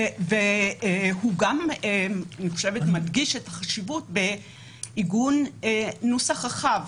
אני חושבת שזה גם מדגיש את החשיבות שבעיגון נוסח רחב.